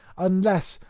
unless,